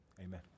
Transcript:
Amen